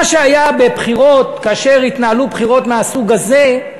מה שהיה בבחירות, כאשר התנהלו בחירות מהסוג הזה,